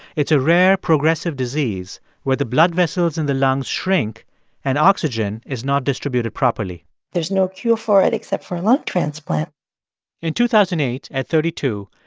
it's a rare, progressive disease where the blood vessels in the lungs shrink and oxygen is not distributed properly there's no cure for it except for a lung transplant in two thousand and eight, at thirty two,